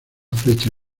flecha